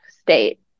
state